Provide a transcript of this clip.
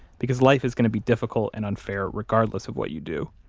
because life is going to be difficult and unfair regardless of what you do.